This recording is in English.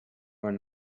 and